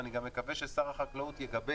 ואני מקווה גם ששר החקלאות יגבה